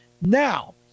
Now